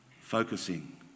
focusing